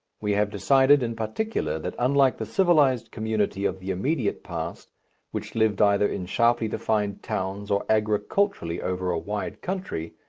we have decided in particular that unlike the civilized community of the immediate past which lived either in sharply-defined towns or agriculturally over a wide country,